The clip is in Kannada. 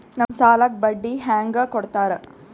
ನಮ್ ಸಾಲಕ್ ಬಡ್ಡಿ ಹ್ಯಾಂಗ ಕೊಡ್ತಾರ?